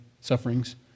sufferings